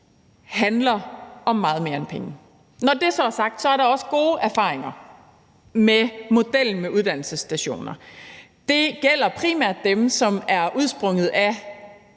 penge – om meget mere end penge. Når det så er sagt, er der også gode erfaringer med modellen med uddannelsesstationer. Det gælder primært dem, der er udsprunget af